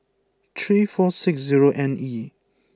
three four six zero N E